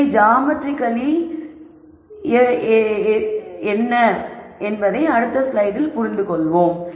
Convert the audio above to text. இதை ஜாமெட்ரிக்கல்லி என்ன என்பதை அடுத்த ஸ்லைடில் புரிந்து கொள்வோம்